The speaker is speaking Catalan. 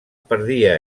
perdia